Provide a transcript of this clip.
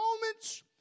moments